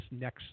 next